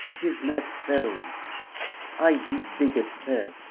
tis not so i did beget her,